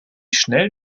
schnell